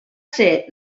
ser